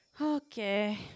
Okay